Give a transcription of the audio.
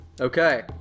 Okay